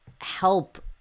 help